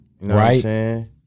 right